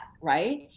right